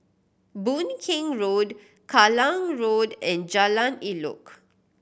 Boon Keng Road Kallang Road and Jalan Elok